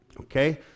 Okay